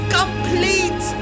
complete